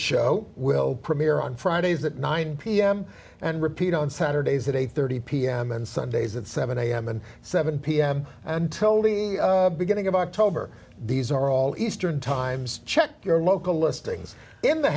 show will premiere on fridays that nine pm and repeat on saturdays at eight thirty pm and sundays at seven am and seven pm until the beginning of october these are all eastern times check your local listings in the